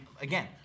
again